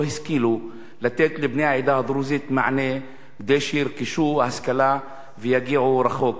לא השכיל לתת לבני העדה הדרוזית מענה כדי שירכשו השכלה ויגיעו רחוק.